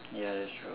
ya that's true